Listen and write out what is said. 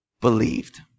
believed